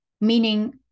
meaning